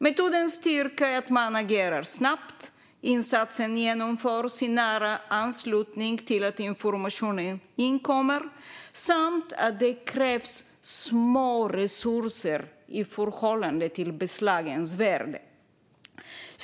Metodens styrka är att man agerar snabbt, att insatsen genomförs i nära anslutning till att informationen inkommer samt att det krävs små resurser i förhållande till beslagens värde.